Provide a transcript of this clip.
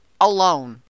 alone